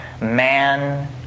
man